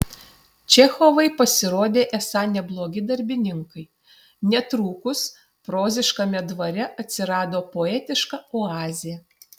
čechovai pasirodė esą neblogi darbininkai netrukus proziškame dvare atsirado poetiška oazė